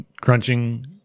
crunching